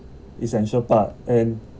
essential part and